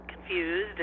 confused